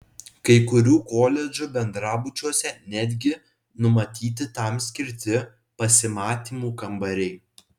kai kurių koledžų bendrabučiuose netgi numatyti tam skirti pasimatymų kambariai